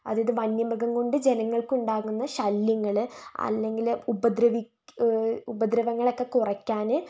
അത് ഇത് വന്യമൃഗം കൊണ്ട് ജനങ്ങൾക്കുണ്ടാകുന്ന ശല്യങ്ങൾ അല്ലെങ്കിൽ ഉപദ്രവങ്ങളൊക്കെ കുറയ്ക്കാൻ